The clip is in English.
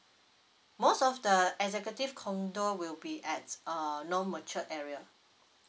most of the executive condo will be at uh non matured area